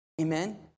Amen